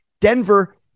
Denver